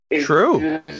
True